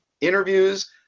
interviews